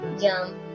Yum